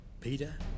Peter